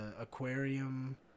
aquarium